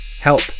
Help